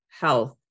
health